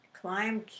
climb